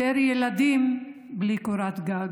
יותר ילדים בלי קורת גג,